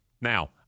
Now